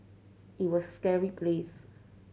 it was scary place